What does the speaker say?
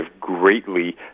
greatly